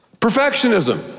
Perfectionism